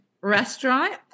restaurant